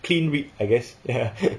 clean whip I guess ya